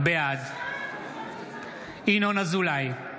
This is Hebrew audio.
בעד ינון אזולאי,